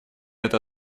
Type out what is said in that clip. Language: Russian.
этой